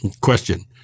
question